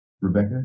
Rebecca